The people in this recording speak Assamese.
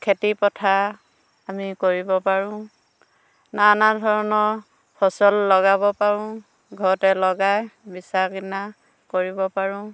খেতি পথাৰ আমি কৰিব পাৰোঁ নানা ধৰণৰ ফচল লগাব পাৰোঁ ঘৰতে লগাই বেচা কিনা কৰিব পাৰোঁ